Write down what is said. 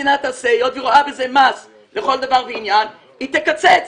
היות שהיא רואה בזה מס לכל דבר ועניין, היא תקצץ.